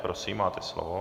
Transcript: Prosím, máte slovo.